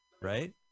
Right